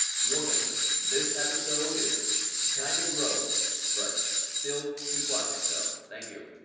warning! this episode is kind of gross, but still keep watching though, thank you!